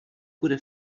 bude